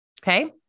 Okay